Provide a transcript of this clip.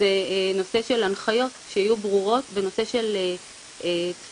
זה הנושא של הנחיות שיהיו ברורות בנושא של טפסים.